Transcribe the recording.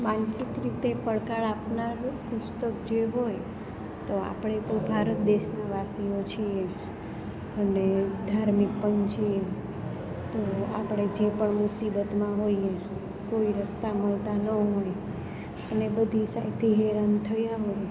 માનસિક રીતે પડકાર આપનાર પુસ્તક જે હોય તો આપણે તો ભારત દેશના વાસીઓ છીએ અને ધાર્મિક પણ છીએ તો આપણે જે પણ મુસીબતમાં હોઈએ કોઈ રસ્તા મળતા ન હોય અને બધી સાઈડથી હેરાન થયા હોય